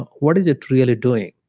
what is it really doing?